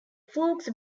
flukes